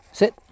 sit